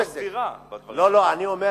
יש פה סתירה בדברים שלך.